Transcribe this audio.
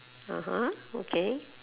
(uh huh) okay